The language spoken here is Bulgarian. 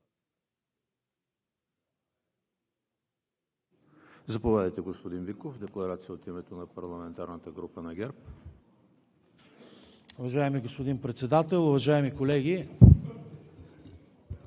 Заповядайте, господин Биков – декларация от името на парламентарната група на ГЕРБ. ТОМА БИКОВ (ГЕРБ): Уважаеми господин Председател, уважаеми колеги!